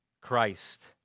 Christ